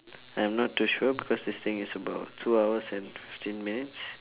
I'm not too sure because this thing is about two hours and fifteen minutes